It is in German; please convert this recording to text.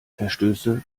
verstöße